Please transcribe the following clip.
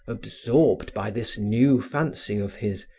absorbed by this new fancy of his,